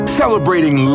celebrating